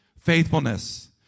Faithfulness